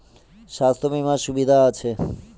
স্বাস্থ্য বিমার সুবিধা আছে?